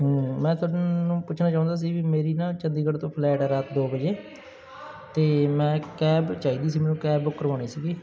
ਮੈਂ ਤੁਹਾਨੂੰ ਪੁੱਛਣਾ ਚਾਹੁੰਦਾ ਸੀ ਵੀ ਮੇਰੀ ਨਾ ਚੰਡੀਗੜ੍ਹ ਤੋਂ ਫਲੈਟ ਰਾਤ ਦੋ ਵਜੇ ਅਤੇ ਮੈਨੂੰ ਕੈਬ ਚਾਹੀਦੀ ਸੀ ਮੈਨੂੰ ਕੈਬ ਬੁੱਕ ਕਰਵਾਉਣੀ ਸੀਗੀ